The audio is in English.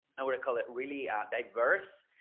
i would call it really diverse,